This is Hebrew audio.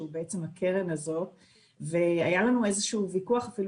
בעצם הקרן הזאת והיה לנו איזה שהוא וויכוח אפילו,